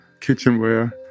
kitchenware